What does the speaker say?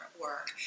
work